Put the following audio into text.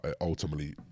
ultimately